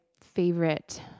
favorite